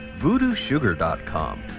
VoodooSugar.com